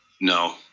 No